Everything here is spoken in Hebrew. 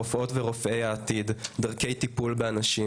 רופאות ורופאי העתיד דרכי טיפול באנשים.